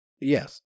yes